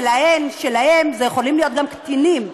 שלהן, שלהם, הם יכולים להיות גם קטינים.